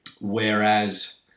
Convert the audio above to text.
Whereas